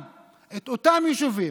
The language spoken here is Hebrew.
את אותם יישובים,